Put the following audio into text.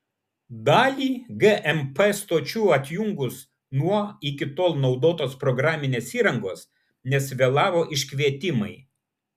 dalį gmp stočių atjungus nuo iki tol naudotos programinės įrangos nes vėlavo iškvietimai